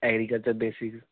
agriculture basis